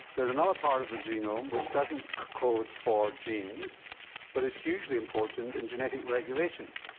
there's another part of the genome which doesn't code for genes but is hugely important in genetic regulation.